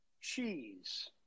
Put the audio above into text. cheese